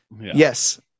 Yes